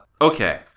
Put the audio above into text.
Okay